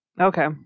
Okay